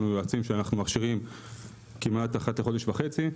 יועצים שאנחנו מכשירים כמעט אחת לחודש וחצי.